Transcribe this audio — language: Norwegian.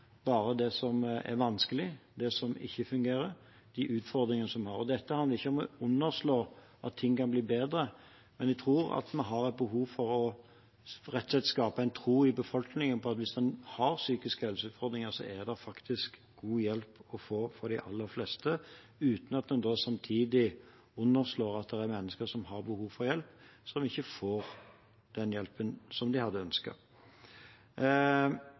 de utfordringene vi har. Dette handler ikke om å underslå at ting kan bli bedre, men jeg tror at vi har behov for rett og slett å skape en tro i befolkningen på at hvis en har psykiske helseutfordringer, så er det faktisk god hjelp å få for de aller fleste – uten at en da samtidig underslår at det er mennesker som har behov for hjelp, og som ikke får den hjelpen de hadde